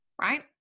right